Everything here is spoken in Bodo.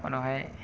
उनावहाय